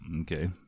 okay